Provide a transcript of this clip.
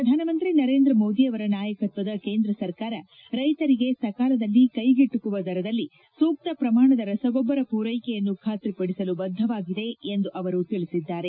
ಪ್ರಧಾನಮಂತ್ರಿ ನರೇಂದ್ರ ಮೋದಿ ಅವರ ನಾಯಕತ್ವದ ಕೇಂದ್ರ ಸರ್ಕಾರ ರೈತರಿಗೆ ಸಕಾಲದಲ್ಲಿ ಕೈಗೆಟಕುವ ದರದಲ್ಲಿ ಸೂಕ್ತ ಪ್ರಮಾಣದ ರಸಗೊಬ್ಬರ ಪೂರೈಕೆಯನ್ನು ಖಾತ್ರಿಪಡಿಸಲು ಬದ್ದವಾಗಿದೆ ಎಂದು ಅವರು ತಿಳಿಸಿದ್ದಾರೆ